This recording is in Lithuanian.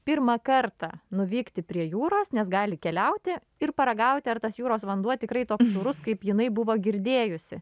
pirmą kartą nuvykti prie jūros nes gali keliauti ir paragauti ar tas jūros vanduo tikrai toks sūrus kaip jinai buvo girdėjusi